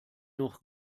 noch